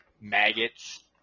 maggots